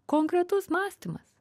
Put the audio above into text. konkretus mąstymas